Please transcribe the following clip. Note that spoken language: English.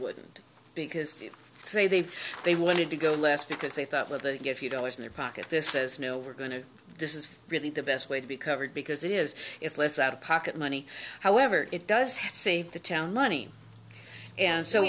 wouldn't because it's a they've they wanted to go last because they thought well they get a few dollars in their pocket this says no we're going to this is really the best way to be covered because it is it's less out of pocket money however it does have saved the town money and so